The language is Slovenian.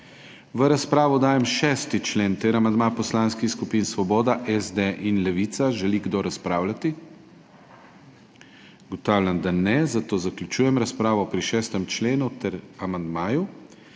V razpravo dajem 6. člen ter amandma poslanskih skupin Svoboda, SD in Levica. Želi kdo razpravljati? Ugotavljam, da ne, zato zaključujem razpravo pri 6. členu ter amandmaju.